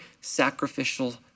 sacrificial